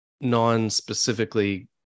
non-specifically